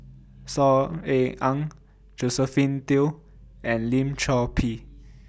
Saw Ean Ang Josephine Teo and Lim Chor Pee